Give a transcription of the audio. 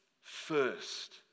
first